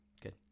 Good